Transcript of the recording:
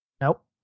Nope